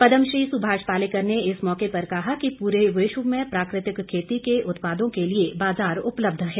पद्म श्री सुभाष पालेकर ने इस मौके पर कहा कि पूरे विश्व में प्राकृतिक खेती के उत्पादों के लिए बाजार उपलब्ध है